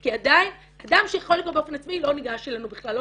כי עדיין אדם שיכול לגור באופן עצמאי לא ניגש אלינו בכלל,